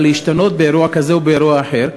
להשתנות באירוע כזה או באירוע אחר,